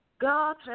God